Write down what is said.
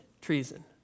Treason